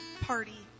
party